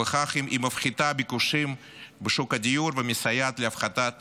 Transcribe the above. ובכך היא מפחיתה ביקושים בשוק הדיור ומסייעת בהפחתת